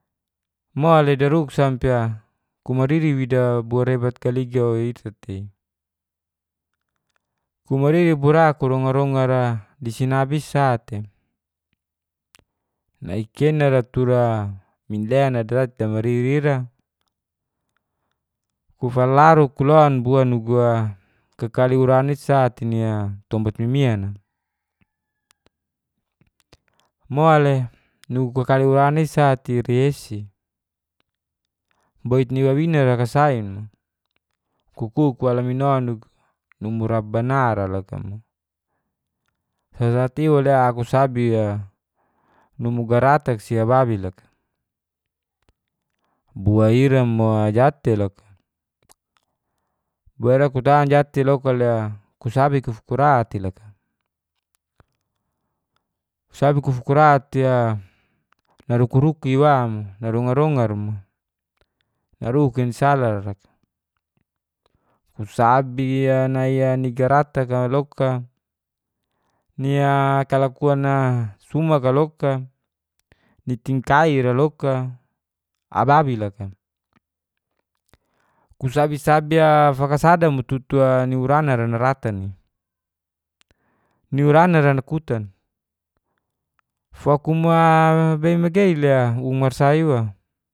Mo le daruk sampi a kumariri wida bo rebat galiga kumariri bo ra kurongar rongar a disinabi i sa te nai kena ra tura minlean daroti damariri ira kufalaro kulon bua nugu a kakali urana i sa te ni a tompat mimian a. mo le nugu kakali urana i sa ti i ri esi boit ni wawina fakasain mu ku kuk wa la mino nugu numu rabana ra loka mu. sasat iwa le aku sabi a numu garatak si ababis loka. bua ira mo ja te loka. boa ira kutahan ja tei loka le kusabi kufukurat i loka kusabi kufukurat ia naruku ruku iwa mo narongar rongar a mo. naruk ni sala ra loka. kusabi a nai ni nigaratak a loka, ni a kalakuan a sumak ka loka, ni tingkai ra loka, ababi loka. kusabi sabi a fakasada mu tutu a ni warana ra naratan i niwarana ra na kutan fokumu a bei magei le ung masasai iwa